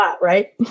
right